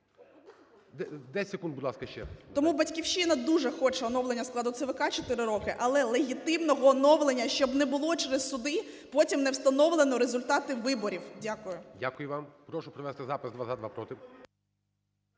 Тому "Батьківщина" дуже хоче оновлення складу ЦВК чотири роки, але легітимного оновлення, щоб не було через суди потім не встановлено результати виборів. Дякую. ГОЛОВУЮЧИЙ. Дякую вам. Прошу провести запис: